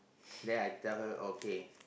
then I tell her okay